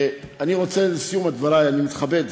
לסיום דברי, אני מתכבד,